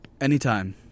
Anytime